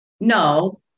No